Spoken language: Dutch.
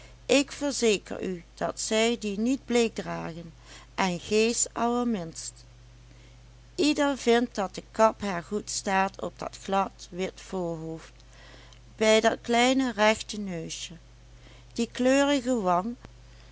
ik verzeker u dat zij die niet bleekdragen en gees allerminst ieder vindt dat de kap haar goed staat op dat glad wit voorhoofd bij dat kleine rechte neusje die kleurige